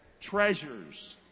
Treasures